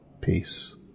peace